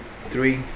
three